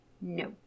No